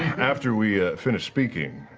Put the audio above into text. after we finished speaking,